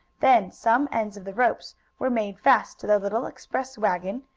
then some ends of the ropes were made fast to the little express wagon,